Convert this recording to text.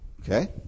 Okay